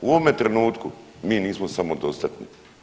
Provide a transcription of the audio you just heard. U ovome trenutku mi nismo samodostatni.